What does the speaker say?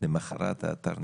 ולמחרת האתר